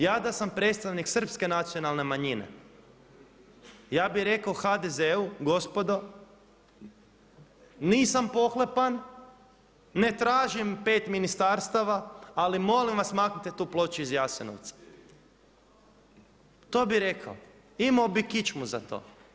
Ja da sam predstavnik Srpske nacionalne manjine, ja bih rekao HDZ-u gospodo nisam pohlepan ne tražim pet ministarstva, ali molim vas maknite tu ploču iz Jasenovca, to bi rekao i imao bi kičmu za to.